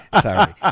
sorry